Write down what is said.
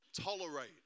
tolerate